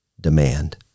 demand